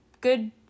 good